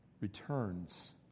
returns